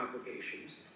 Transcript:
obligations